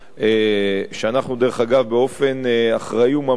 שאנחנו דרך אגב באופן אחראי וממלכתי